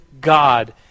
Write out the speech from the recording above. God